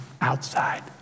outside